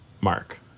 Mark